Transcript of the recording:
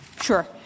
Sure